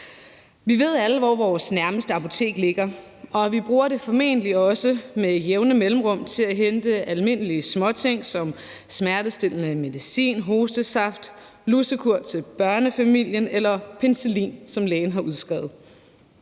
Vi ved alle, hvor vores nærmeste apotek ligger, og vi bruger det formentlig også med jævne mellemrum til at hente almindelige småting som smertestillende medicin, hostesaft, lusekur til børnefamilien eller penicillin, som lægen har udskrevet.